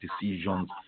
decisions